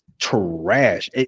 trash